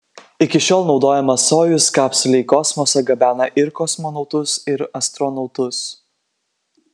iki šiol naudojama sojuz kapsulė į kosmosą gabena ir kosmonautus ir astronautus